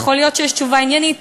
יכול להיות שיש תשובה עניינית,